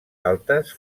altes